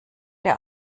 der